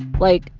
like,